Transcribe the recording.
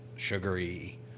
Sugary